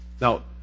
Now